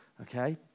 Okay